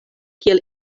kiel